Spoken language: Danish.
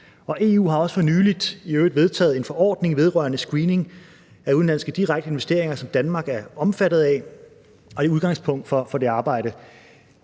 også for nylig vedtaget en forordning vedrørende screening af udenlandske direkte investeringer, som Danmark er omfattet af. Og det er udgangspunktet for det arbejde.